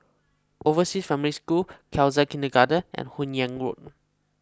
Overseas Family School Khalsa Kindergarten and Hun Yeang Road